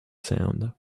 sound